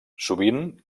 sovint